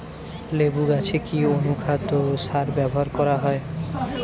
লেবু গাছে কি অনুখাদ্য ও সার ব্যবহার করা হয়?